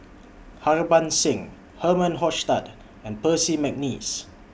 Harbans Singh Herman Hochstadt and Percy Mcneice